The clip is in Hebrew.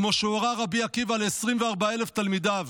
כמו שהורה רבי עקיבא ל-24,000 תלמידיו